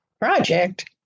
project